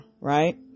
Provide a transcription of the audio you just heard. right